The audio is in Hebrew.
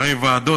הרי ועדות,